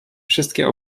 wszystkie